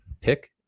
pick